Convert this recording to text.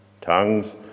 tongues